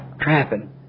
trapping